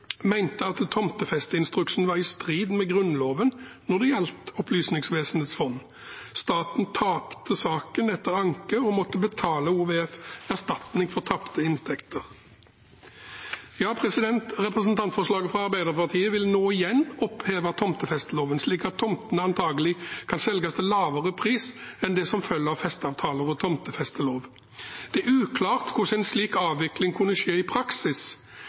at tomtefesteinstruksen var i strid med Grunnloven når det gjaldt Opplysningsvesenets fond. Staten tapte saken etter anke og måtte betale OVF erstatning for tapte inntekter. Representantforslaget fra Arbeiderpartiet vil nå igjen oppheve tomtefesteloven, slik at tomtene antakelig kan selges til en lavere pris enn det som følger av festeavtaler og tomtefesteloven. Det er uklart hvordan en slik avvikling kan skje i praksis.